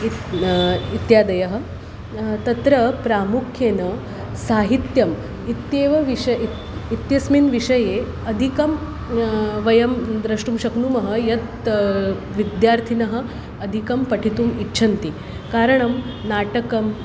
इति इत्यादयः तत्र प्रामुख्येन साहित्यम् इत्येव विषय् इति इत्यस्मिन् विषये अधिकं वयं द्रष्टुं शक्नुमः यत् विद्यार्थिनः अधिकं पठितुम् इच्छन्ति कारणं नाटकम्